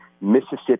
Mississippi